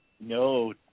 No